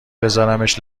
بذارمش